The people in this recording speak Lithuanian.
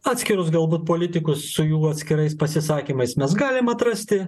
atskirus galbūt politikus su jų atskirais pasisakymais mes galim atrasti